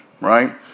Right